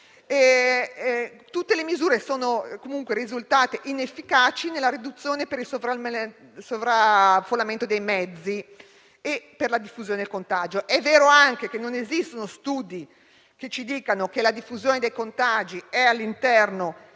Tutte le misure, comunque, sono risultate inefficaci per la riduzione del sovraffollamento dei mezzi e per la diffusione del contagio. È vero anche che non esistono studi che ci dicano che la diffusione dei contagi avviene all'interno